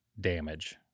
damage